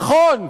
נכון,